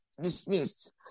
dismissed